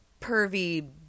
pervy